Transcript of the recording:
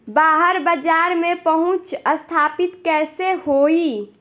बाहर बाजार में पहुंच स्थापित कैसे होई?